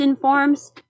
Forms